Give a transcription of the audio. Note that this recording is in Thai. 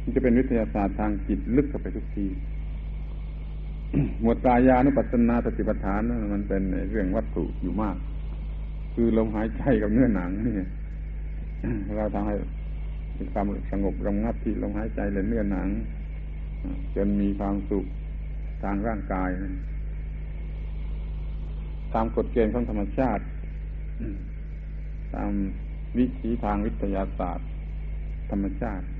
มันจะเป็นวิทยาศาสตร์ทางจิตลึกเข้าไปทุกที หมวดกายานุปัสสนาสติปัฏฐานนะ มันเป็นในเรื่องวัตถุอยู่มาก คือลมหายใจกับเนื้อหนังเนี่ย เราทำให้มีความสงบระงับที่ลมหายใจและเนื้อหนัง จนมีความสุขทางร่างกายนะ ตามกฎเกณฑ์ของธรรมชาติ ตามวิถีทางวิทยาศาสตร์ธรรมชาติ